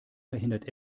verhindert